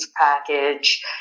package